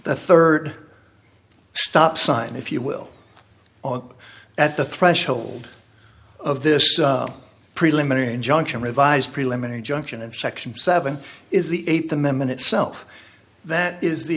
the third stop sign if you will or at the threshold of this preliminary injunction revised preliminary junction and section seven is the eighth amendment itself that is the